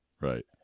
Right